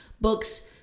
books